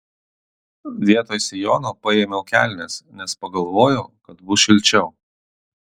vietoj sijono paėmiau kelnes nes pagalvojau kad bus šilčiau